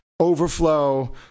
Overflow